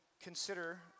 consider